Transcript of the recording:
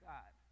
God